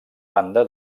banda